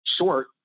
short